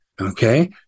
okay